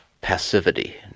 passivity